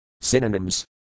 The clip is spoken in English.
Synonyms